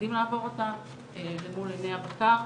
שעומדים לעבור אותה למול עיני הבקר.